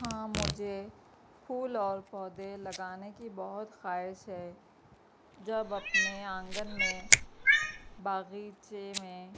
ہاں مجھے پھول اور پودے لگانے کی بہت خواہش ہے جب اپنے آنگن میں باغیچے میں